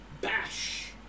bash